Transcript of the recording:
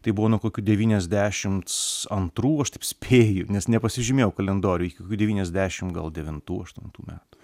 tai buvo nuo kokių devyniasdešimts antrų aš taip spėju nes nepasižymėjau kalendoriuj iki kokių devyniasdešimt gal devintų aštuntų metų